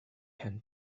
hand